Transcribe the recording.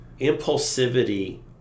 impulsivity